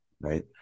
Right